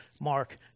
Mark